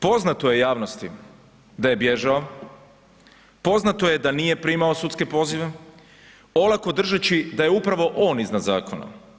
Poznato je javnosti da je bježao, poznato je da nije primao sudske pozive, olako držeći da je upravo on iznad zakona.